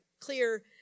clear